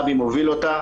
אבי מוביל אותה.